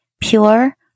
Pure